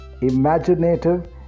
imaginative